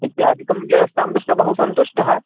इत्यादिकं व्यवस्थां द्रष्ट्वा बहु सन्तुष्टः